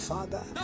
Father